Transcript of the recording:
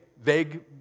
vague